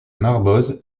marboz